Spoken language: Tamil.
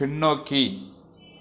பின்னோக்கி